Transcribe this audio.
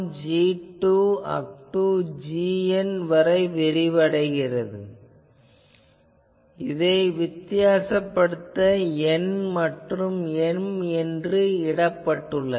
gN வரை விரிவடைந்தது அதனால்தான் வித்தியாசப்படுத்த n மற்றும் m இடப்பட்டன